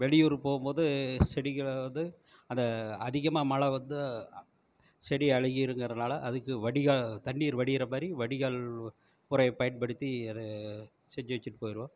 வெளியூர் போகும்போது செடிகளை வந்து அந்த அதிகமாக மழை வந்து செடி அழுகிருன்றனால அதுக்கு வடிகால் தண்ணீர் வடிகிற மாதிரி வடிகால் முறையை பயன்படுத்தி அதை செஞ்சு வச்சுட்டு போயிடுவோம்